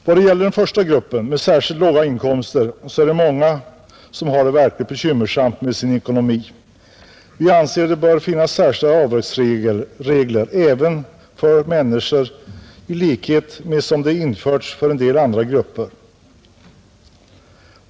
Vad det gäller den första gruppen med särskilt låga inkomster, så är det många som har det verkligt bekymmersamt med sin ekonomi. Vi anser att det bör finnas särskilda avdragsregler även för dessa människor i likhet med vad som införts för en del andra grupper.